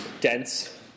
dense